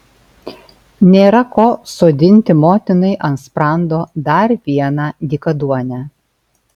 nėra ko sodinti motinai ant sprando dar vieną dykaduonę